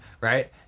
right